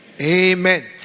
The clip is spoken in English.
Amen